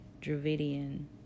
Dravidian